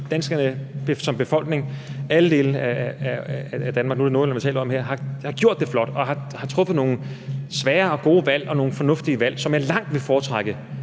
danskerne som befolkning, nu er det Nordjylland, vi taler om her, har gjort det flot og har truffet nogle svære, men gode og fornuftige valg, som jeg langt vil foretrække